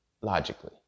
Logically